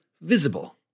Visible